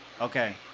Okay